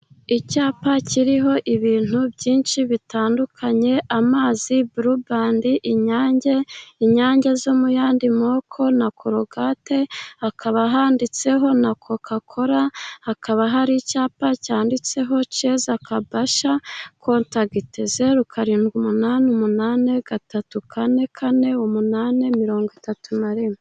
Icyapa kiriho ibintu byinshi bitandukanye amazi , burubandi , inyange , inyange zo mu yandi moko na cororete . Hakaba handitseho na Kocakora , hakaba hari icyapa cyanditseho sheze Kabasha . Kontagiti zeru , karindwi , umunani , umunani ,gatatu , kane , kane , umunani mirongo itatu na rimwe.